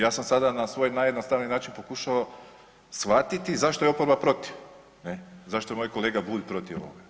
Ja sam sada na svoj najjednostavniji način pokušao shvatiti zašto je oporba protiv, ne, zašto je moj kolega Bulj protiv ovoga.